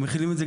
החוק גם